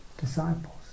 disciples